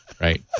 Right